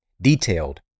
detailed